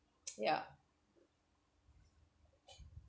ya